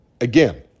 again